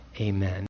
amen